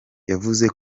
yavuze